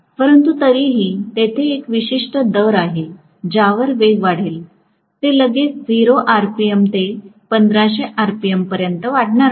परंतु तरीही तेथे एक विशिष्ट दर आहे ज्यावर वेग वाढेल ते लगेच 0 आरपीएम ते 1500 आरपीएमपर्यंत वाढणार नाही